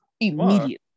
immediately